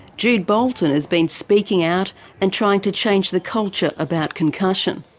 jude bolton has been speaking out and trying to change the culture about concussion,